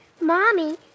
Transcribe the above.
Mommy